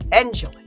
Enjoy